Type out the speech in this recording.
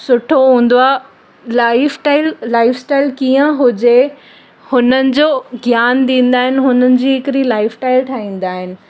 सुठो हूंदो आहे लाईफ टाइल लाईफस्टाईल कीअं हुजे हुननि जो ज्ञानु ॾींदा आहिनि हुननि जी हिकिड़ी लाईफस्टाईल ठाहींदा आहिनि